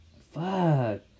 fuck